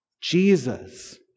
Jesus